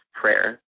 prayer